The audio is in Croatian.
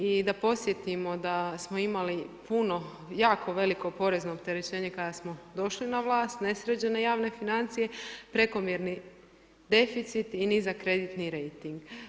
I da podsjetimo da smo imali puno jako veliko porezne opterećenje kada smo došli na vlast, nesređene javne financije, prekomjerni deficit i nizak kreditni rejting.